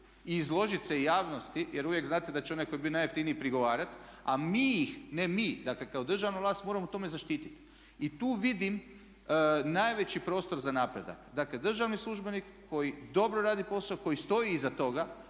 i izložiti se javnosti, jer uvijek znate da će onaj koji je bio najjeftiniji prigovarati a mi ih, ne mi, dakle kao državna vlast moramo u tome zaštiti. I tu vidim najveći prostor za napredak. Dakle državni službenik koji dobro radi posao, koji stoji iza toga,